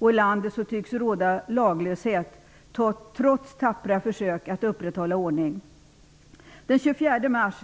I landet tycks råda lagslöshet, trots tappra försök att upprätthålla ordning. Den 24 mars,